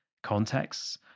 contexts